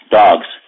dogs